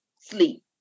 sleep